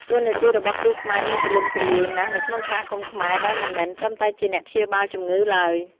តួនាទីរបស់គ្រូខ្មែរមានទូលំទូលាយណាស់នៅក្នុងសហគមន៍ខ្មែរ ដោយមិនមែនត្រឹមតែជាអ្នកព្យាបាលជំងឺឡើយ។